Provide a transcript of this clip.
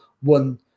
one